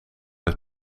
het